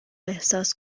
احساس